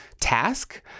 task